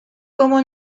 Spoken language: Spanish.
como